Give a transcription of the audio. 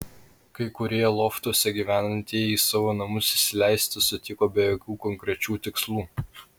kai kurie loftuose gyvenantieji į savo namus įsileisti sutiko be jokių konkrečių tikslų